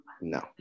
No